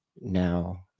now